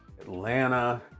Atlanta